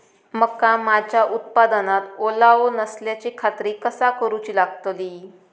मका माझ्या उत्पादनात ओलावो नसल्याची खात्री कसा करुची लागतली?